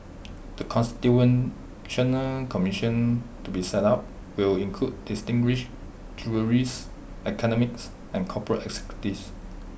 the constitutional commission to be set up will include distinguished jurists academics and corporate executives